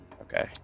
Okay